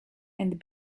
and